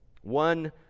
One